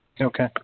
Okay